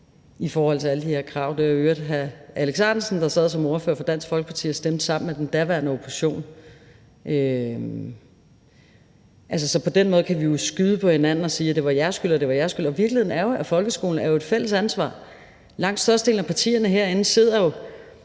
i forhold til alle de her krav. Det var i øvrigt hr. Alex Ahrendtsen, der sad som ordfører for Dansk Folkeparti og stemte sammen med den daværende opposition. Så på den måde kan vi jo skyde på hinanden og sige: Det var jeres skyld. Virkeligheden er jo, at folkeskolen er et fælles ansvar. Langt størstedelen af partierne herinde sidder jo